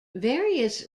various